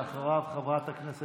מיכאל מרדכי ביטון,